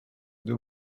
deux